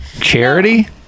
Charity